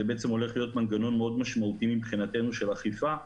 זה הולך להיות מנגנון מאוד משמעותי מבחינתנו של אכיפה,